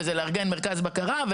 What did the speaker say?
לארגן מרכז בקרה,